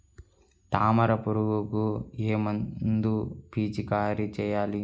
తామర పురుగుకు ఏ మందు పిచికారీ చేయాలి?